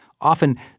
Often